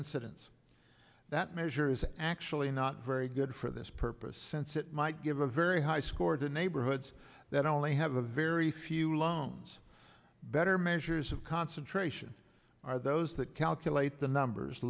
incidence that measure is actually not very good for this purpose since it might give a very high score to neighborhoods that only have a very few loans better measures of concentration are those that calculate the numbers